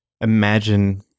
imagine